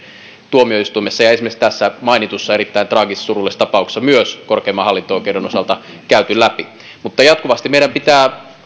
tuomioistuimessa ja esimerkiksi tässä mainitussa erittäin traagisessa surullisessa tapauksessa myös korkeimman hallinto oikeuden osalta käyty läpi mutta jatkuvasti meidän pitää